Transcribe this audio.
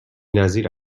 نظیر